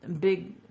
big